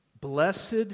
Blessed